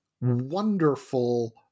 wonderful